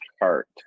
heart